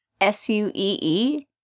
S-U-E-E